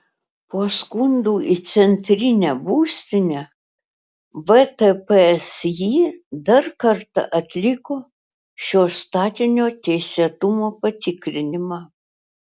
po skundų į centrinę būstinę vtpsi dar kartą atliko šio statinio teisėtumo patikrinimą